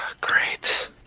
great